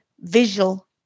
visual